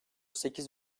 sekiz